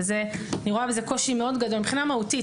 אני רואה בזה קושי מאוד גדול מבחינה מהותית.